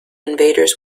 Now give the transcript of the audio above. invaders